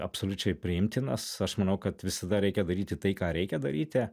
absoliučiai priimtinas aš manau kad visada reikia daryti tai ką reikia daryti